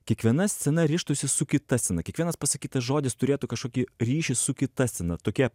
kiekviena scena rištųsi su kita scena kiekvienas pasakytas žodis turėtų kažkokį ryšį su kita scena tokia